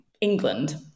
England